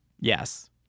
Yes